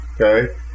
okay